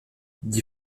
dit